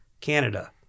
Canada